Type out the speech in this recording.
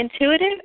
intuitive